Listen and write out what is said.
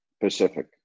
Pacific